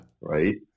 Right